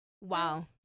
wow